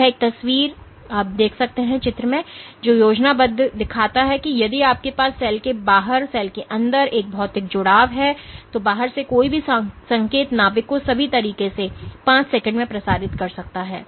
तो यह एक तस्वीर है जो योजनाबद्ध दिखाता है कि यदि आपके पास सेल के बाहर के सेल के अंदर एक भौतिक जुड़ाव है तो बाहर से कोई भी संकेत नाभिक को सभी तरह से 5 सेकंड में प्रसारित कर सकता है